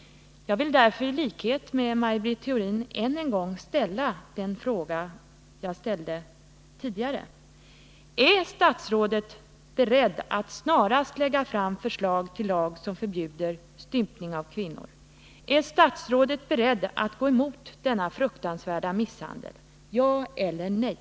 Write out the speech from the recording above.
I likhet med Maj Britt Theorin vill jag ställa frågan, och jag har ställt den tidigare: Är statsrådet beredd att snarast lägga fram förslag till lag som förbjuder 155 stympning av kvinnor? Är statsrådet alltså beredd att vidta åtgärder mot denna fruktansvärda misshandel — ja eller nej?